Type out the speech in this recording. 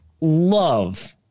love